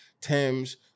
tims